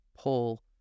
pull